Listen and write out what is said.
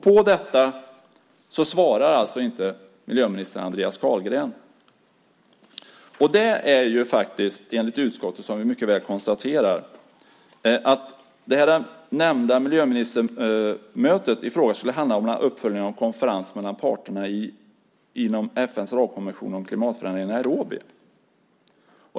På detta svarar alltså inte miljöminister Andreas Carlgren. Utskottet konstaterar att det nämnda miljöministermötet skulle handla om en uppföljning av en konferens mellan parterna inom FN:s ramkonvention om klimatförändringar i Nairobi.